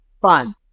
fun